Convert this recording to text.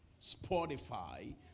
Spotify